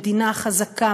מדינה חזקה,